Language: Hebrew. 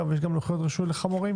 יש גם לוחיות רישוי לחמורים